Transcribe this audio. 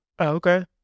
okay